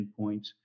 endpoints